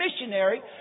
missionary